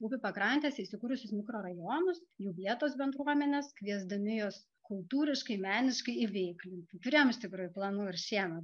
upių pakrantėse įsikūrusius mikrorajonus jų vietos bendruomenes kviesdami juos kultūriškai meniškai įveiklinti turim iš tikrųjų planų ir šiemet